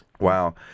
Wow